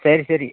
சரி சரி